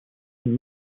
and